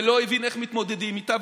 ולא הבין איך מתמודדים איתה,